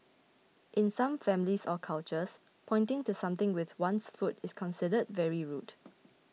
in some families or cultures pointing to something with one's foot is considered very rude